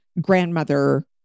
grandmother